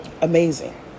Amazing